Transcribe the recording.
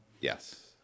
yes